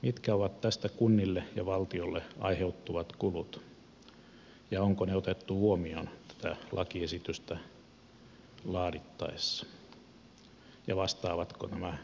mitkä ovat tästä kunnille ja valtiolle aiheutuvat kulut onko ne otettu huomioon tätä lakiesitystä laadittaessa ja vastaavatko nämä arviot todellisuutta